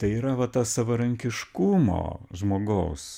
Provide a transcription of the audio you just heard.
tai yra va ta savarankiškumo žmogaus